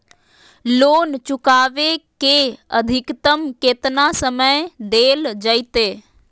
Loan चुकाबे के अधिकतम केतना समय डेल जयते?